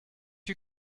you